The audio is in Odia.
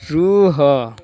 ରୁହ